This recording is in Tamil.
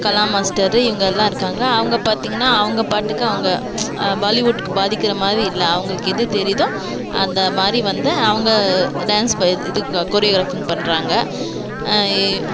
கலா மாஸ்டரு இவங்க எல்லாம் இருக்காங்க அவங்க பார்த்திங்கன்னா அவங்க பாட்டுக்கு அவங்க பாலிவுட்டுக்கு பாதிக்கிற மாதிரி இல்லை அவங்களுக்கு எது தெரியுதோ அந்த மாதிரி வந்து அவங்க டான்ஸ் ப இத் இது கோரியோகிராஃபிங் பண்ணுறாங்க இ